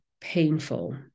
painful